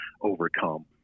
overcome